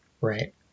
right